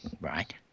right